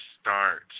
start